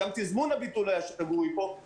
גם תזמון הביטול היה שגוי פה.